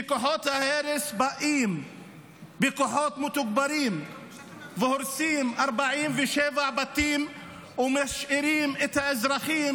שכוחות ההרס באים בכוחות מתוגברים והורסים 47 בתים ומשאירים את האזרחים,